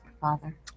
Father